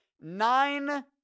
Nine